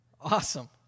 Awesome